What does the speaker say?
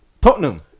Tottenham